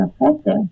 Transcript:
effective